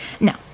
Now